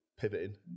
pivoting